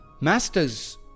Masters